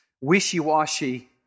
wishy-washy